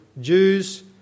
Jews